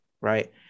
right